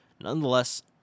Nonetheless